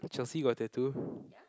Chelsea got tattoo